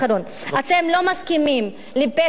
אתם לא מסכימים לפשע זמני,